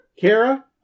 Kara